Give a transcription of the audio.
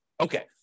Okay